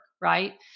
right